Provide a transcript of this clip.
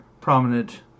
prominent